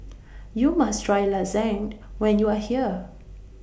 YOU must Try Lasagne when YOU Are here